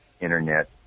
Internet